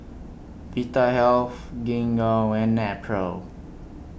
Vitahealth Gingko and Nepro